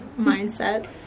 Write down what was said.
mindset